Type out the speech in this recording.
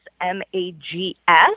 M-A-G-S